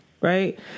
right